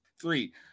Three